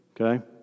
okay